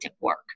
work